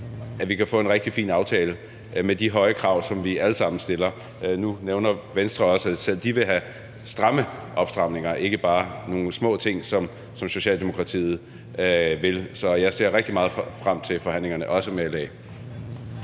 at vi kan få en rigtig fin aftale med de høje krav, som vi alle sammen stiller. Nu nævner Venstre også, at selv de vil have stramme opstramninger, ikke bare nogle små ting, som Socialdemokratiet vil. Så jeg ser rigtig meget frem til forhandlingerne, også med LA.